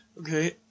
Okay